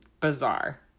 bizarre